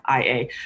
IA